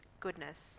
goodness